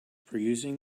perusing